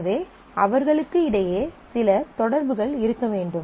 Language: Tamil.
எனவே அவர்களுக்கு இடையே சில தொடர்புகள் இருக்க வேண்டும்